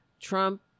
Trump